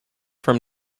from